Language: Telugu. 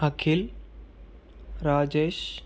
అఖిల్ రాజేష్